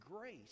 grace